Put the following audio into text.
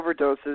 overdoses